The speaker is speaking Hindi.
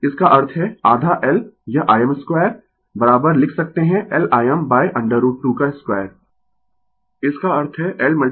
इसका अर्थ है आधा L यह Im2 लिख सकते है L Im√ 2 2 इसका अर्थ है L IRms2